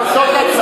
היושב-ראש,